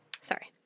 Sorry